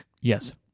Yes